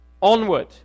onward